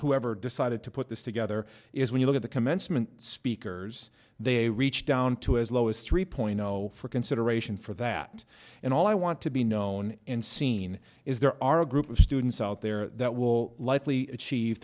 whoever decided to put this together is when you look at the commencement speakers they reach down to as low as three point zero for consideration for that and all i want to be known and seen is there are a group of students out there that will likely achieve